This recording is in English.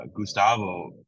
Gustavo